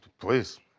Please